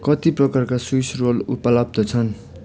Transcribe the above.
कति प्रकारका Swiss roll उपलब्ध छन्